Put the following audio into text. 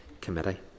Committee